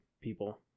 people